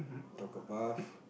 took a bath